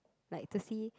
like to see